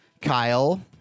Kyle